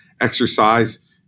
exercise